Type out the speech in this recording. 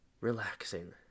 relaxing